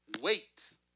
wait